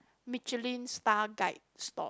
Michelin Star guide store